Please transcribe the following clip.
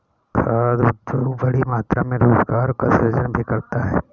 खाद्य उद्योग बड़ी मात्रा में रोजगार का सृजन भी करता है